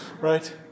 right